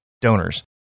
donors